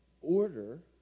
order